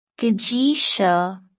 Gajisha